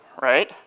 right